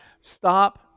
Stop